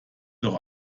doch